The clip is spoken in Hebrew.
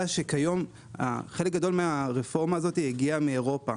שכיום חלק גדול מהרפורמה הזו הגיעה מאירופה.